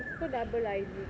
it's called double eyelid